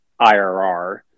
IRR